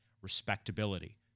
respectability